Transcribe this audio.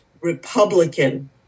Republican